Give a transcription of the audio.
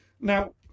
now